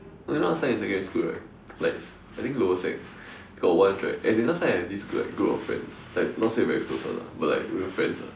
oh you know last time in secondary school right like I think lower sec got once right as in last time I had this group like group of friends like not say very close one ah but like we were friends ah